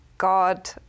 God